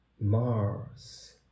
mars